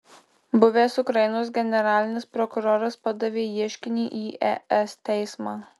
buvęs ukrainos generalinis prokuroras padavė ieškinį į es teismą